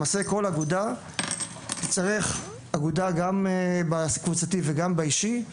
למעשה כל אגודה תצטרך אגודה גם בקבוצתי וגם באישי,